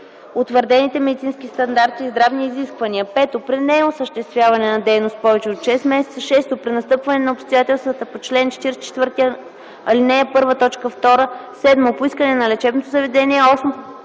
утвърдените медицински стандарти и здравни изисквания; 5. при неосъществяване на дейност повече от 6 месеца; 6. при настъпване на обстоятелствата по чл. 44, ал. 1, т. 2; 7. по искане на лечебното заведение;